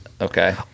Okay